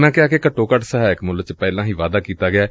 ਉਨ੍ਹਾਂ ਕਿਹਾ ਕਿ ਘੱਟੋ ਘੱਟ ਸਹਾਇਕ ਮੁੱਲ ਚ ਪਹਿਲਾਂ ਹੀ ਵਾਧਾ ਕੀਤਾ ਗਿਐ